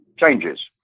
changes